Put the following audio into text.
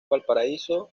valparaíso